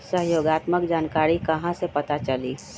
सहयोगात्मक जानकारी कहा से पता चली?